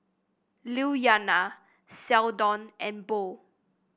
Lilyana Seldon and Bo